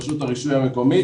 רשות הרישוי המקומית,